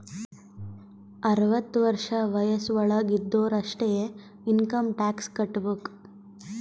ಅರ್ವತ ವರ್ಷ ವಯಸ್ಸ್ ವಳಾಗ್ ಇದ್ದೊರು ಅಷ್ಟೇ ಇನ್ಕಮ್ ಟ್ಯಾಕ್ಸ್ ಕಟ್ಟಬೇಕ್